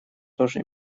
тоже